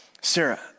Sarah